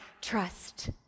trust